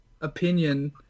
opinion